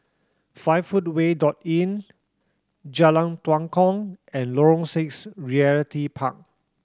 Five Footway dot Inn Jalan Tua Kong and Lorong Six Realty Park